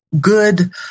good